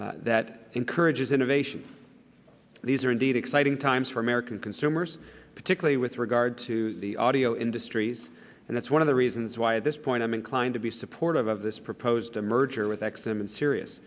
place that encourages innovation these are indeed exciting times for american consumers particularly with regard to the audio industries and that's one of the reasons why at this point i'm inclined to be supportive of this proposed merger with x m and sirius